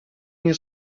nie